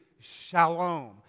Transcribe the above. shalom